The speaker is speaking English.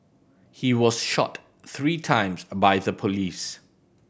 he was shot three times by the police